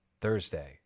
Thursday